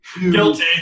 Guilty